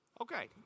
Okay